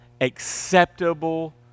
acceptable